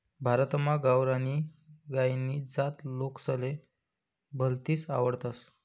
भारतमा गावरानी गायनी जात लोकेसले भलतीस आवडस